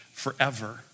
Forever